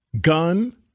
gun